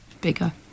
bigger